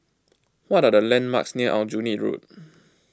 what are the landmarks near Aljunied Road